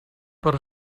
per